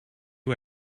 you